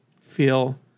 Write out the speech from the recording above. feel